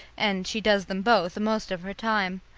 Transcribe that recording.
and she does them both most of her time.